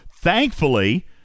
Thankfully